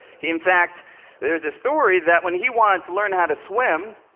he, in fact there is a story that when he wanted to learn how to swim,